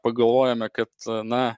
pagalvojome kad na